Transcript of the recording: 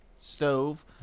Stove